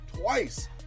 twice